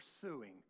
pursuing